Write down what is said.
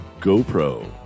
GoPro